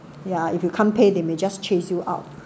yeah if you can't pay they will just chase you out